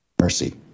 mercy